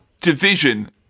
division